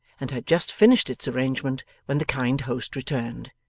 and had just finished its arrangement when the kind host returned.